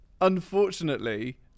unfortunately